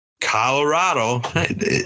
Colorado